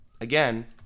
again